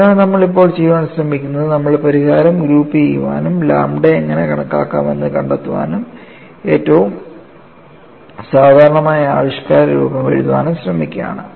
അതിനാൽ നമ്മൾ ഇപ്പോൾ ചെയ്യാൻ ശ്രമിക്കുന്നത് നമ്മൾ പരിഹാരം ഗ്രൂപ്പുചെയ്യാനും ലാംഡയെ എങ്ങനെ കണക്കാക്കാമെന്ന് കണ്ടെത്താനും ഏറ്റവും സാധാരണമായ ആവിഷ്കാരരൂപം എഴുതാനും ശ്രമിക്കുകയാണ്